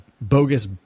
bogus